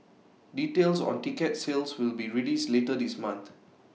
details on ticket sales will be released later this month